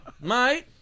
Mate